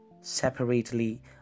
separately